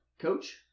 Coach